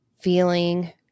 feeling